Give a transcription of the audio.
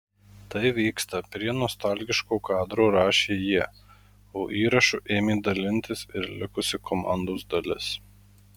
tai vyksta prie nostalgiško kadro rašė jie o įrašu ėmė dalintis ir likusi komandos dalis